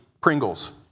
Pringles